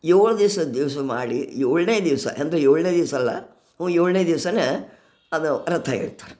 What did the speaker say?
ಏಳು ದಿವಸ ದಿವಸ ಮಾಡಿ ಏಳನೇ ದಿವಸ ಅಂದರೆ ಏಳನೇ ದಿವ್ಸಲ್ಲ ಏಳನೇ ದಿವಸಾನೆ ಅದು ರಥ ಎಳಿತಾರೆ